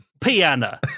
piano